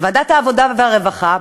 ועדת העבודה והרווחה,